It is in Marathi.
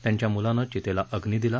त्यांच्या म्लानं चितेला अग्नी दिला